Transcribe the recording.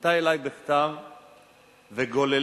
פנתה אלי בכתב וגוללה